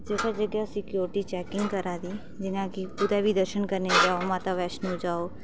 ते जगह जगह सिक्योरिटी चैकिंग करा दी जियां कि कुतै बी दर्शन करने गी जाओ माता वैष्णो जाओ